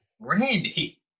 Randy